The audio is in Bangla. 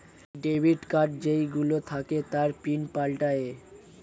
ডেবিট কার্ড যেই গুলো থাকে তার পিন পাল্টায়ে